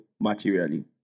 materially